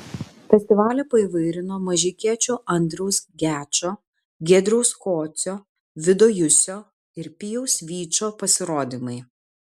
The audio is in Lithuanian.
festivalį paįvairino mažeikiečių andriaus gečo giedriaus kocio vido jusio ir pijaus vyčo pasirodymai